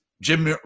Jim